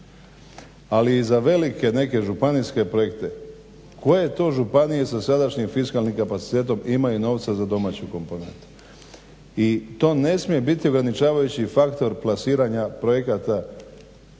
ali i za velike neke županijske projekte koje to županije sa sadašnjim fiskalnim kapacitetom imaju novca za domaću komponentu. i to ne smije biti ograničavajući faktor plasiranja projekata